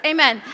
Amen